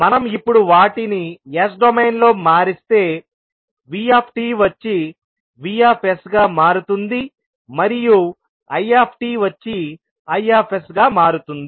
మనం ఇప్పుడు వాటిని S డొమైన్ లో మారిస్తే vtవచ్చి Vs గా మారుతుంది మరియు itవచ్చి Is గా మారుతుంది